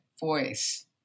voice